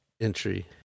Entry